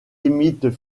imitent